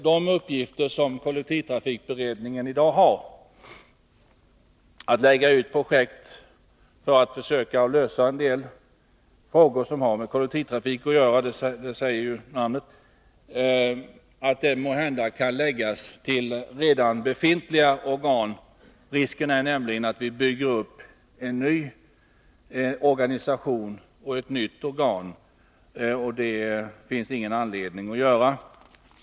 De uppgifter som kollektivtrafikberedningen i dag har, att lägga ut projekt för att försöka lösa en del frågor som har med kollektivtrafik att göra, kan måhända i framtiden läggas till redan befintliga organ. Risken är nämligen att vi bygger upp en ny organisation och ett nytt organ, och det finns det ingen anledning att göra.